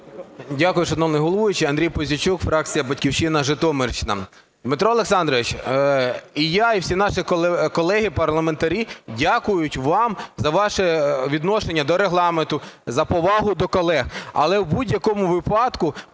Дякую, шановний головуючий. Андрій Пузійчук, фракція "Батьківщина", Житомирщина. Дмитро Олександрович, і я, і всі наші колеги-парламентарі дякують вам за ваше відношення до Регламенту, за повагу до колег, але в будь-якому випадку